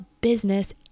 business